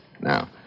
now